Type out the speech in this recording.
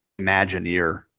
Imagineer